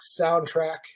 soundtrack